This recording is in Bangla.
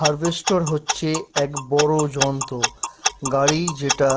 হার্ভেস্টর হচ্ছে এক বড়ো যন্ত্র গাড়ি যেটা